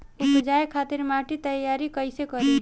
उपजाये खातिर माटी तैयारी कइसे करी?